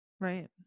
Right